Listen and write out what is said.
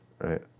right